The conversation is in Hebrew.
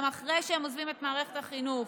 גם אחרי שהם עוזבים את מערכת החינוך,